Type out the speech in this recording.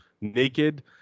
naked